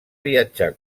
viatjar